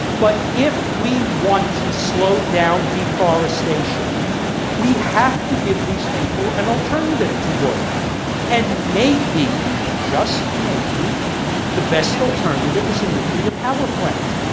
but if we want to slow down deforestation we have to give these people an alternative to wood and maybe just maybe the best alternative is a nuclear power plant.